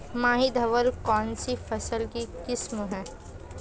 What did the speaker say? माही धवल कौनसी फसल की किस्म है?